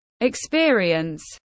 experience